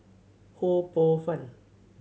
Ho Poh Fun